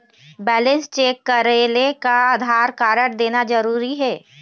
Balance check करेले का Aadhaar card देना जरूरी हे?